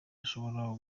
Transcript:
ishobora